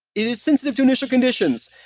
it is sensitive to initial conditions.